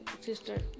sister